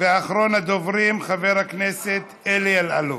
ואחרון הדוברים, חבר הכנסת אלי אלאלוף.